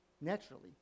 Naturally